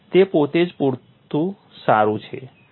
તે પોતે જ પૂરતું સારું છે